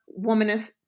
womanist